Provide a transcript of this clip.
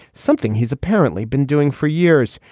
something he's apparently been doing for years.